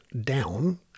down